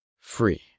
free